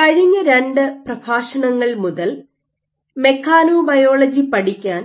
കഴിഞ്ഞ രണ്ട് പ്രഭാഷണങ്ങൾ മുതൽ മെക്കാനൊബയോളജി പഠിക്കാൻ